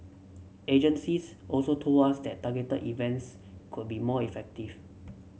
agencies also told us that targeted events could be more effective